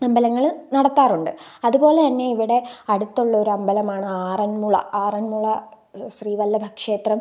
അമ്പലങ്ങള് നടത്താറുണ്ട് അതുപോലെതന്നെ ഇവിടെ അടുത്തുള്ളൊരമ്പലമാണ് ആറന്മുള ആറന്മുള ശ്രീവല്ലഭ ക്ഷേത്രം